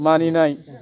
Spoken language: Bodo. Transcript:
मानिनाय